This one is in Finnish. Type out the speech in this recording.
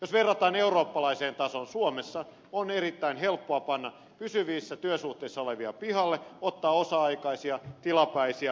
jos verrataan eurooppalaiseen tasoon suomessa on erittäin helppoa panna pysyvissä työsuhteissa olevia pihalle ottaa osa aikaisia tilapäisiä vuokratyöntekijöitä tilalle